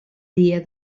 dia